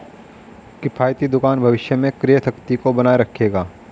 किफ़ायती दुकान भविष्य में क्रय शक्ति को बनाए रखेगा